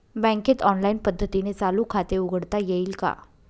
बँकेत ऑनलाईन पद्धतीने चालू खाते उघडता येईल का?